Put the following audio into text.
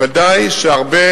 ודאי שהרבה